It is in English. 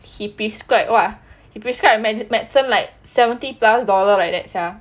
he prescribed what he prescribed medicine like seventy plus dollar like that sia